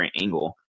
angle